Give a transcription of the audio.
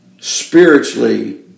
spiritually